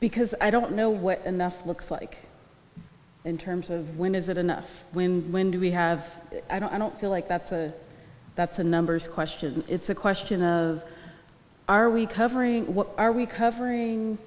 because i don't know what enough looks like in terms of when is it enough when when do we have i don't i don't feel like that's a that's a numbers question it's a question of are we covering what are we covering